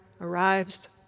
arrives